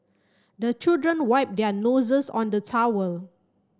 the children wipe their noses on the towel